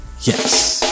yes